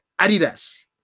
Adidas